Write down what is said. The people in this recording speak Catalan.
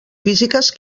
físiques